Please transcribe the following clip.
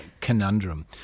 conundrum